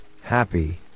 happy